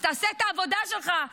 אז תעשה את העבודה שלך.